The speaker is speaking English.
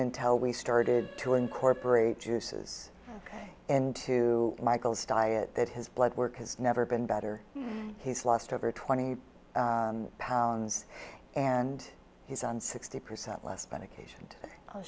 intel we started to incorporate juices into michael's diet that his blood work has never been better he's lost over twenty pounds and he's on sixty percent less medication